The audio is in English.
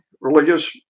religious